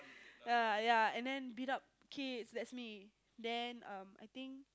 ya ya and then beat up kids that's me then um I think